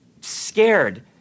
scared